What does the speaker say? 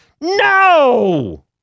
no